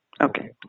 Okay